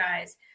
guys